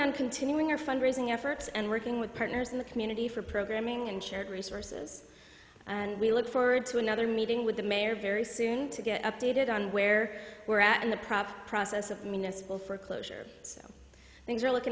on continuing our fundraising efforts and working with partners in the community for programming and shared resources and we look forward to another meeting with the mayor very soon to get updated on where we're at in the proper process of municipal foreclosure so things are looking